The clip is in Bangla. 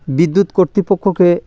বিদ্যুৎ কর্তৃপক্ষকে